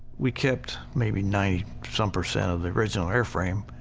we kept maybe ninety some percent of the original air frame.